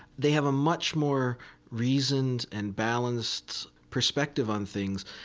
they have a much more reasoned and balanced perspective on things.